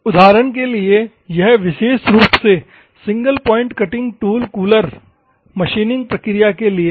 उदाहरण के लिए यह विशेष रूप से single point cutting cooler machining प्रक्रिया के लिए है